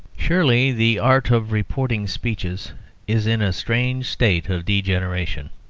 surely the art of reporting speeches is in a strange state of degeneration.